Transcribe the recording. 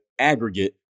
aggregate